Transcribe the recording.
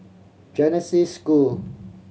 Genesis School